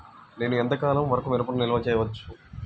నేను ఎంత కాలం వరకు మిరపను నిల్వ చేసుకోవచ్చు?